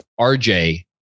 RJ